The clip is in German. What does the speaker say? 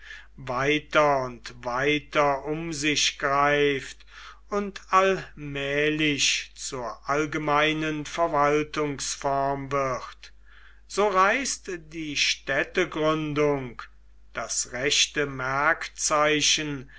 weiter und weiter um sich greift und allmählich zur allgemeinen verwaltungsform wird so reißt die städtegründung das rechte